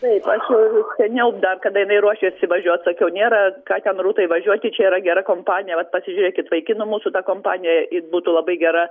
taip aš jau seniau dar kada jinai ruošėsi važiuot sakiau nėra ką ten rūtai važiuoti čia yra gera kompanija vat pasižiūrėkit vaikinų mūsų ta kompanija it būtų labai gera